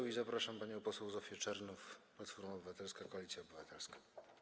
I zapraszam panią poseł Zofię Czernow, Platforma Obywatelska - Koalicja Obywatelska.